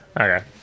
okay